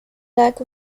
lack